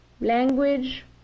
language